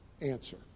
answer